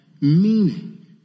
meaning